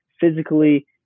physically